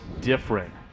different